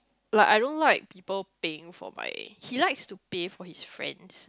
like I don't like people paying for my he likes to pay for his friends